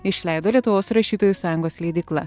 išleido lietuvos rašytojų sąjungos leidykla